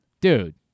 Dude